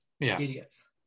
idiots